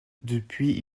depuis